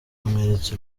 bamweretse